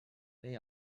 they